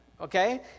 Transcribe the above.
okay